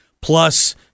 plus